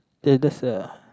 the the that's a